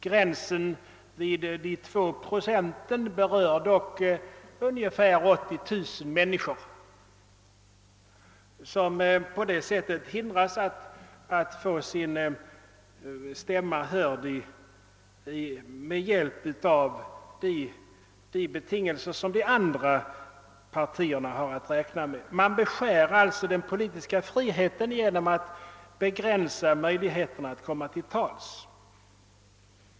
Gränsen vid de 2 procenten berör dock ungefär 80 000 människor, som på det sättet hindras att göra sin stämma hörd med hjälp av de bidrag som de andra partierna har att räkna med. Man beskär alltså den politiska friheten genom att man begränsar möjligheterna att komma till tals.